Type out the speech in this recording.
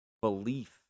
belief